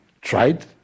tried